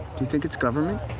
do you think it's government?